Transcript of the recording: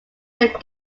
that